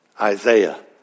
Isaiah